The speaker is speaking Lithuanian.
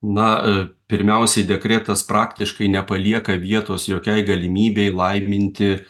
na pirmiausiai dekretas praktiškai nepalieka vietos jokiai galimybei laiminti